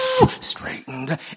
Straightened